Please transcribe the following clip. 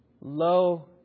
low